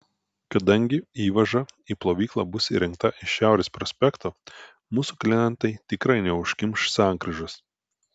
kadangi įvaža į plovyklą bus įrengta iš šiaurės prospekto mūsų klientai tikrai neužkimš sankryžos